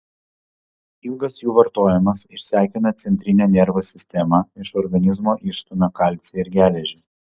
ilgas jų vartojimas išsekina centrinę nervų sistemą iš organizmo išstumia kalcį ir geležį